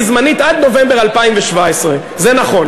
זה נכון,